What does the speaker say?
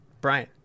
brian